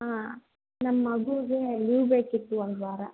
ಹಾಂ ನಮ್ಮ ಮಗುಗೆ ಲೀವ್ ಬೇಕಿತ್ತು ಒಂದು ವಾರ